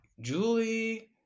Julie